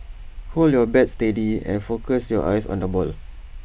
hold your bat steady and focus your eyes on the ball